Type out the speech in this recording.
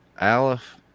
aleph